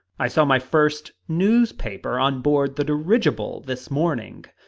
i saw my first newspaper on board the dirigible this morning!